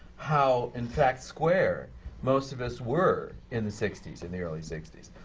how, in fact, square most of us were in the sixties, in the early sixties.